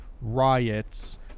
riots